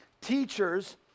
teachers